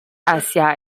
hacia